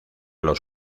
los